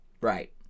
right